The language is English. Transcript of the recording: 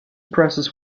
presses